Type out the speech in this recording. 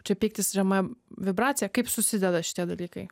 čia pyktis žema vibracija kaip susideda šitie dalykai